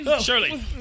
Shirley